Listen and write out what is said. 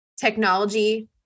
technology